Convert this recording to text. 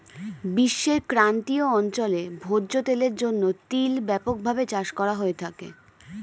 বিশ্বের ক্রান্তীয় অঞ্চলে ভোজ্য তেলের জন্য তিল ব্যাপকভাবে চাষ করা হয়ে থাকে